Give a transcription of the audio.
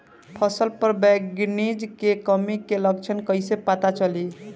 फसल पर मैगनीज के कमी के लक्षण कईसे पता चली?